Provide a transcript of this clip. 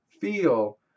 feel